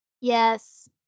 Yes